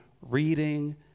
reading